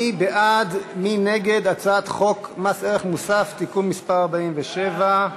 מי בעד ומי נגד הצעת חוק מס ערך מוסף (תיקון מס' 47)?